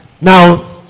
Now